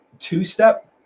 two-step